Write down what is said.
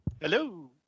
Hello